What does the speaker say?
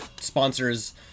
sponsors